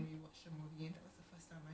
cools